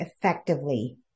effectively